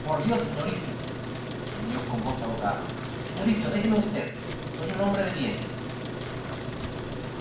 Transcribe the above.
por dios señorito gimió con voz ahogada señorito déjeme usted soy un hombre de bien